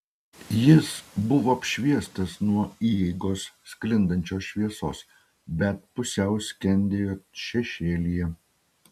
jis buvo apšviestas nuo įeigos sklindančios šviesos bet pusiau skendėjo šešėlyje